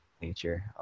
nature